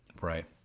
Right